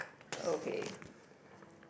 okay